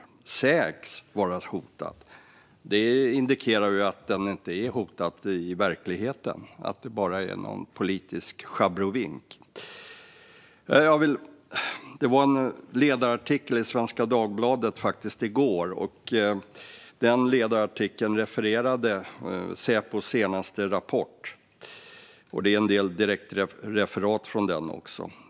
Formuleringen att den sägs vara hotad indikerar ju att den inte är hotad i verkligheten utan att det bara är någon politisk abrovink. I en ledarartikel i Svenska Dagbladet i går refererade man till Säpos senaste rapport. Det är en del direktreferat från den också.